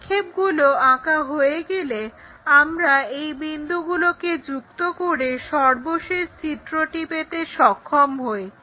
অভিক্ষেপগুলো আঁকা হয়ে গেলে আমরা এই বিন্দুগুলোকে যুক্ত করে সর্বশেষ চিত্রটিকে পেতে সক্ষম হই